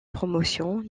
promotion